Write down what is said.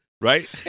right